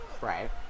Right